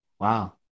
Wow